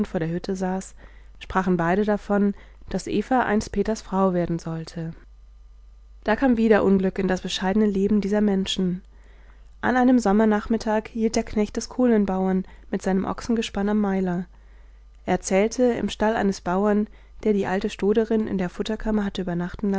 vor der hütte saß sprachen beide davon daß eva einst peters frau werden sollte da kam wieder unglück in das bescheidene leben dieser menschen an einem sommernachmittag hielt der knecht des kohlenbauern mit seinem ochsengespann am meiler er erzählte im stall eines bauern der die alte stoderin in der